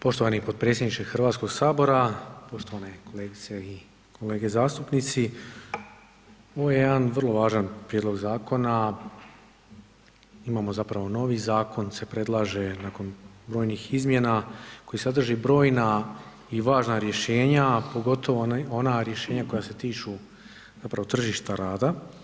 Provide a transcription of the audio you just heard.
Poštovani potpredsjedniče Hrvatskog sabora, poštovane kolegice i kolega zastupnici, ovo je jedan vrlo važan prijedlog zakona, imamo zapravo novi zakon se predlaže nakon brojnih izmjena koji sadrži brojna i važna rješenja, a pogotovo ona rješenja koja se tiču zapravo tržišta rada.